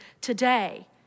today